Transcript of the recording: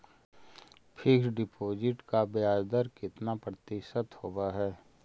Fix deposit का ब्याज दर कितना प्रतिशत होब है?